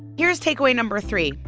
here's takeaway number three,